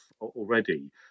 already